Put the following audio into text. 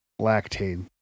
lactate